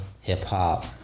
hip-hop